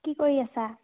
কি কৰি আছা